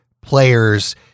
players